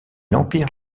empire